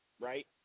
right